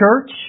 church